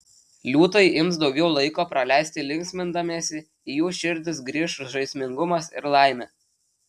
liūtai ims daugiau laiko praleisti linksmindamiesi į jų širdis grįš žaismingumas ir laimė